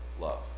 love